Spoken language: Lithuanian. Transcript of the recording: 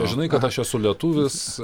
žinai kad aš esu lietuvis